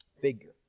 figure